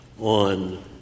on